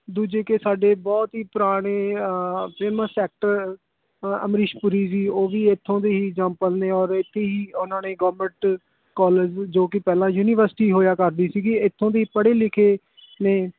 ਦੂਜੇ ਕਿ ਸਾਡੇ ਬਹੁਤ ਹੀ ਪੁਰਾਣੇ ਫੇਮਸ ਐਕਟਰ ਅਮਰੀਸ਼ ਪੁਰੀ ਜੀ ਉਹ ਵੀ ਇੱਥੋਂ ਦੇ ਹੀ ਜੰਮਪਲ ਨੇ ਔਰ ਇੱਥੇ ਹੀ ਉਨ੍ਹਾਂ ਨੇ ਗੌਮੈਂਟ ਕਾਲਜ ਜੋ ਕਿ ਪਹਿਲਾਂ ਯੂਨੀਵਰਸਿਟੀ ਹੋਇਆ ਕਰਦੀ ਸੀਗੀ ਇੱਥੋਂ ਦੇ ਪੜ੍ਹੇ ਲਿਖੇ ਨੇ